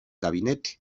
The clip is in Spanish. gabinete